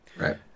right